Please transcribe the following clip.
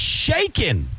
shaking